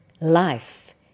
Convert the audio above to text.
life